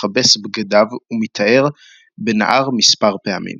מכבס בגדיו ומיטהר בנהר מספר פעמים.